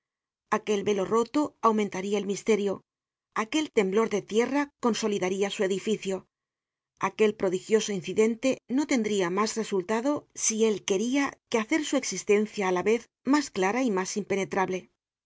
aquel velo roto aumentaria el misterio aquel temblor de tierra consolidaria su edificio aquel prodigioso incidente no tendria mas resultado si él queria que hacer su existencia á la vez mas clara y mas impenetrable